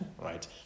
right